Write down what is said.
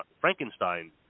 Frankenstein